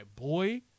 boy